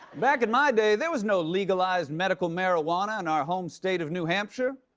back in my day, there was no legalized medical marijuana in our home state of new hampshire.